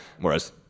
whereas